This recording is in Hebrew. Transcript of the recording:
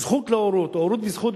"זכות להורות" או "הורות בזכות",